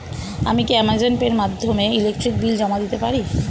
আমি কি Amazon Pay এর মাধ্যমে ইলেকট্রিক বিল জমা দিতে পারি?